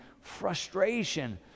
frustration